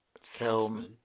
film